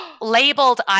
labeled